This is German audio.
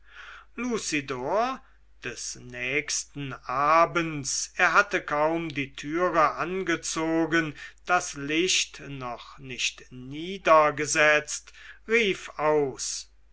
des nächsten abends er hatte kaum die türe angezogen das licht noch nicht niedergesetzt rief aus